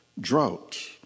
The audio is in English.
drought